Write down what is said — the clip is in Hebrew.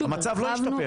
המצב לא השתפר.